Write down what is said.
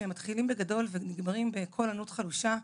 זה שהם מתחילים בגדול ונגמרים בקול ענות חלושה.